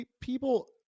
People